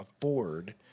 afford